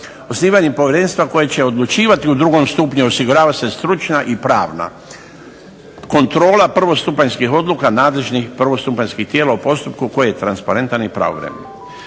Osnivanjem povjerenstva koje će odlučivati u drugom stupnju osigurava se stručna i pravna kontrola prvostupanjskih odluka nadležnih prvostupanjskih tijela u postupku koji je transparentan i pravovremen.